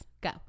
Go